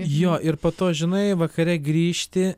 jo ir po to žinai vakare grįžti